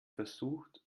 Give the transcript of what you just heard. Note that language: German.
versucht